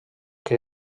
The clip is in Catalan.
que